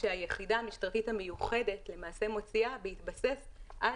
שהיחידה המשטרתית המיוחדת מוציאה בהתבסס על